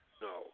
No